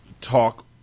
talk